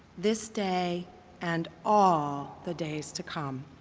this day and all the days to come.